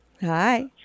Hi